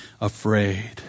afraid